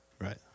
Right